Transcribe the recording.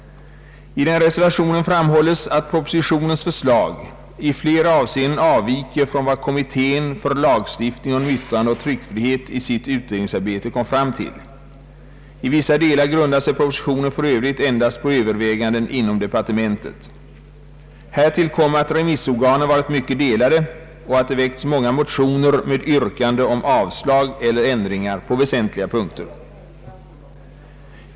I denna reservation framhålles att propositionens förslag i flera avseenden avviker från vad kommittén för lagstiftning om yttrandeoch tryckfrihet i sitt utredningsarbete kom fram till. I vissa delar grundar sig propositionen för övrigt endast på överväganden inom departementet. Härtill kommer att remissopinionen har varit mycket delad och att det i riksdagen väckts många motioner med yrkande om avslag eller ändringar på väsentliga punkter.